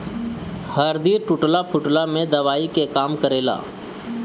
हरदी टूटला फुटला में दवाई के काम करेला